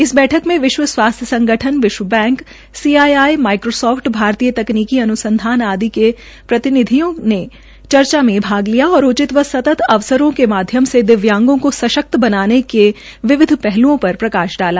इस बैठक में विश्व स्वास्थ्य संगठन विश्व बैंक सीआईआई माईक्रो सोफ्ट भारतीय तकनीक अनुसंधान आदि के प्रतिनिधियों ने चर्चा में भाग लिया और उचित व सतत अवसरों के माध्यम से द्विव्यांगों को सशक्त बनाने के विविध पहलुओं पर प्रकाश डाला